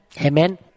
Amen